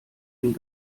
den